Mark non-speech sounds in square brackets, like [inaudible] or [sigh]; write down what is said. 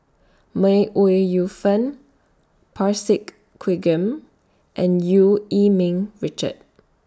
May Ooi Yu Fen Parsick [unintelligible] and EU Yee Ming Richard